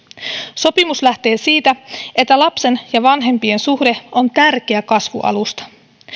sopimus lähtee siitä että lapsen ja vanhempien suhde on tärkeä kasvualusta